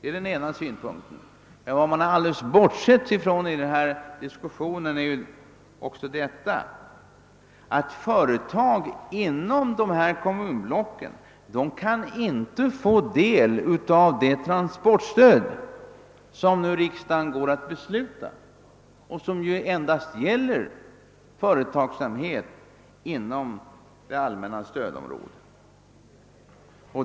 Vad man i diskussionen alldeles bortsett ifrån är att företag inom dessa kommunblock som ligger utanför stödområdet inte kan få del av det transportstöd som riksdagen nu går att besluta om och som endast gäller företagsamhet inom det allmänna stödområdet.